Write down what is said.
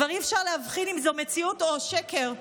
כבר אי-אפשר להבין אם זו מציאות או שזה שקר.